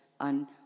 on